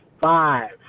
five